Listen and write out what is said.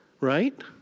Right